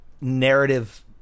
narrative